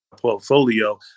portfolio